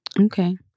Okay